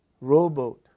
rowboat